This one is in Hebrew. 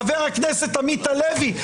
חבר הכנסת עמית הלוי,